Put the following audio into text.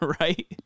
right